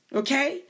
okay